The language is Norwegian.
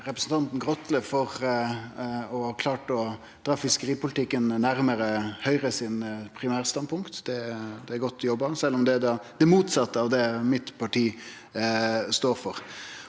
representanten Grotle med å ha klart å dra fiskeripolitikken nærmare Høgres primærstandpunkt. Det er godt jobba, sjølv om det er det motsette av det mitt parti står for.